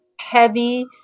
heavy